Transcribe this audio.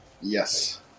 Yes